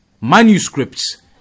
manuscripts